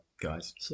guys